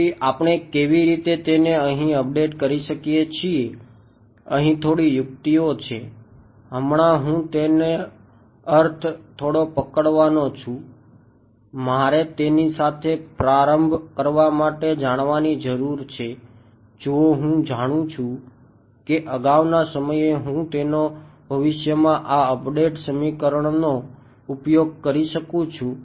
તેથી આપણે કેવી રીતે તેને અહીં અપડેટ કરી શકીએ છીએ અહીં થોડી યુક્તિઓ છે હમણાં હું તેનો અર્થ થોડો પકડવાનો છું મારે તેની સાથે પ્રારંભ કરવા માટે જાણવાની જરૂર છે જો હું જાણું છું કે અગાઉના સમયે હું તેનો ભવિષ્યમાં આ અપડેટ સમીકરણનો ઉપયોગ કરી શકું છું